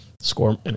score